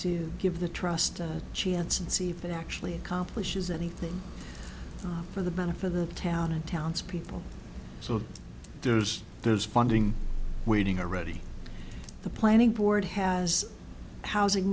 to give the trust chance and see if it actually accomplishes anything for the benefit of the town and townspeople so there's there's funding waiting or ready the planning board has housing